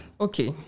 Okay